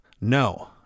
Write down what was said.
no